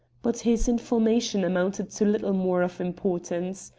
but his information amounted to little more of importance.